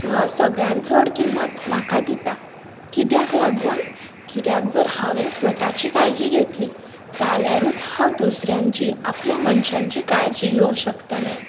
so हांव सगळ्यांत चड किंमत म्हाका दितां कित्याक लागून कित्याक जर हांवें स्वताची काळजी घेतली जाल्यारूच हांव दुसऱ्यांची आपल्या मनशांची काळजी घेवंक शकतलें